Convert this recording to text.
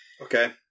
Okay